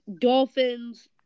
Dolphins